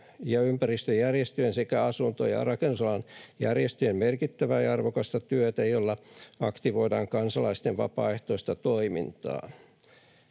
ja ympäristöjärjestöjen sekä asunto‑ ja rakennusalan järjestöjen merkittävää ja arvokasta työtä, jolla aktivoidaan kansalaisten vapaaehtoista toimintaa.